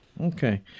okay